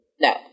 No